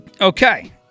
Okay